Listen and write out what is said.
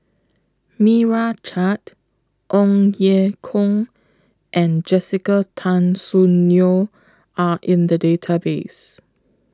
Meira Chand Ong Ye Kung and Jessica Tan Soon Neo Are in The Database